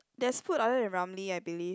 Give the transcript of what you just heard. there's food other than Ramly I believe